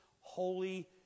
holy